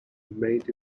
remained